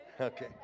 Okay